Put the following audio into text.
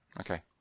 Okay